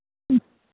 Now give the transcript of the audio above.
ம்